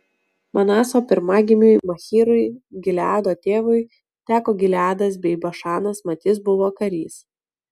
manaso pirmagimiui machyrui gileado tėvui teko gileadas bei bašanas mat jis buvo karys